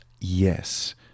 Yes